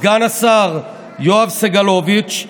סגן השר יואב סגלוביץ'.